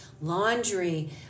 laundry